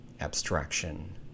abstraction